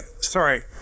Sorry